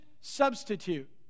substitute